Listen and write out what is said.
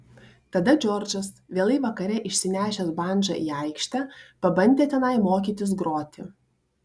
tada džordžas vėlai vakare išsinešęs bandžą į aikštę pabandė tenai mokytis groti